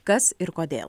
kas ir kodėl